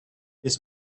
this